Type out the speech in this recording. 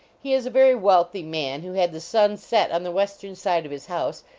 he is a very wealthy man, who had the sun set on the western side of his house,